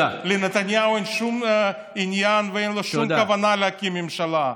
לנתניהו אין שום עניין ואין לו שום כוונה להקים ממשלה.